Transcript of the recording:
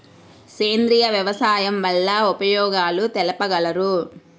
సేంద్రియ వ్యవసాయం వల్ల ఉపయోగాలు తెలుపగలరు?